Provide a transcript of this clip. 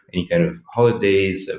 any kind of holidays,